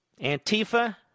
Antifa